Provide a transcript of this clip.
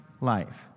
life